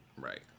right